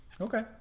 Okay